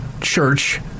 church